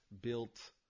built